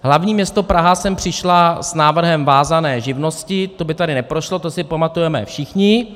Hlavní město Praha sem přišlo s návrhem vázané živnosti to by tady neprošlo, to si pamatujeme všichni.